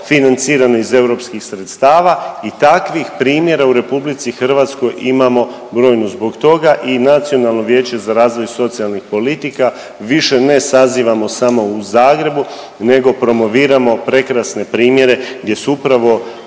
financiranu iz europskih sredstava. I takvih primjera u RH imamo brojno. Zbog toga i Nacionalno vijeće za razvoj socijalnih politika više ne sazivamo samo u Zagrebu nego promoviramo prekrasne primjere gdje su upravo